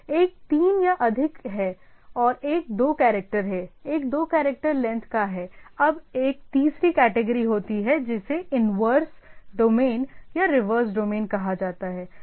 एक तीन या अधिक है और एक दो कैरेक्टर है एक दो कैरेक्टर लेंथ का है अब एक तीसरी कैटेगरी होती है जिसे इन्वर्स डोमेन या रिवर्स डोमेन कहा जाता है